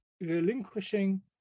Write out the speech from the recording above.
relinquishing